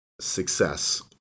success